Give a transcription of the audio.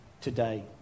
today